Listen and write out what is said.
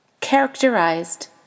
characterized